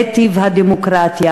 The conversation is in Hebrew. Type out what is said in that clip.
// זה טיב הדמוקרטיה.